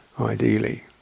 ideally